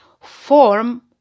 form